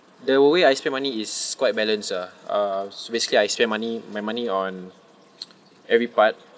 the way I spend money is quite balanced ah uh basically I spend money my money on every part